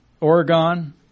Oregon